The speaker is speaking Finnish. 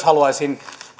haluaisin